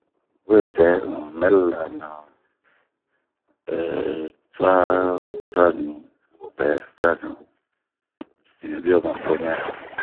n'wedɛ un mɛlira ɛɛɛ cua ɲu ,wopɛɛ cua ɲu ,hinbio ma domɛ